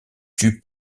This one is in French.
tue